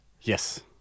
Yes